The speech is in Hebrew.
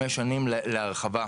5 שנים להרחבה.